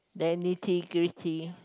then integrity